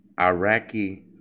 Iraqi